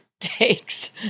takes